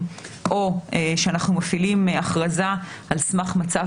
אני חושבת שזה מוקדם להכריז שסיימנו,